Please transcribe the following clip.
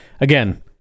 again